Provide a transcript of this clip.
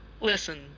Listen